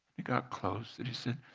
he got close and he said,